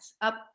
up